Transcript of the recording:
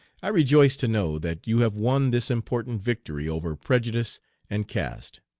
i rejoice to know that you have won this important victory over prejudice and caste.